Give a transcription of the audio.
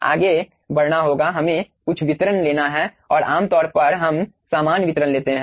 आगे बढ़ना होगा हमें कुछ वितरण लेना है और आमतौर पर हम सामान्य वितरण लेते हैं